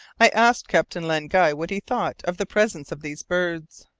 i asked captain len guy what he thought of the presence of these birds.